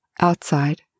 Outside